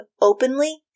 openly